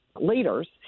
leaders